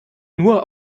nur